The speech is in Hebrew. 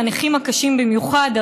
לנכים הקשים במיוחד.